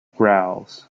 growls